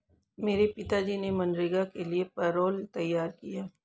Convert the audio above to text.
मेरे पिताजी ने मनरेगा के लिए पैरोल तैयार किया